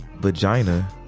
vagina